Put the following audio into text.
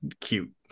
cute